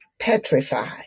Petrified